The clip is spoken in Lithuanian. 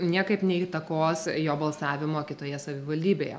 niekaip neįtakos jo balsavimo kitoje savivaldybėje